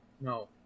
No